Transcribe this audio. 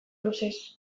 luzez